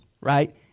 right